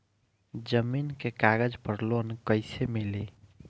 जमीन के कागज पर लोन कइसे मिली?